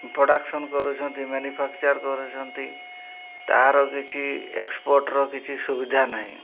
production କରୁଛନ୍ତି manufacture କରୁଛନ୍ତି ତା'ର କିଛି ଏକ୍ସପୋର୍ଟର କିଛି ସୁବିଧା ନାହିଁ